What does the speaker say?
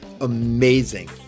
amazing